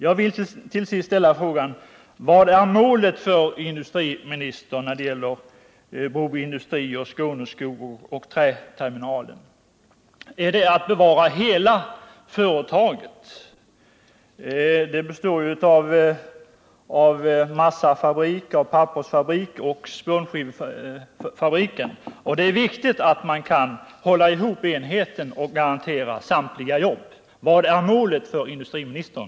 Jag vill till sist ställa frågan: Vad är målet för industriministern när det gäller Broby industrier, Skåneskog och Träterminalen? Är det att bevara hela Broby Industrier, som består av massafabrik, pappersfabrik och spånskivfabrik. Det är viktigt att man kan hålla ihop enheten och garantera samtliga jobb. Vad är målet för industriministern?